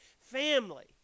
Family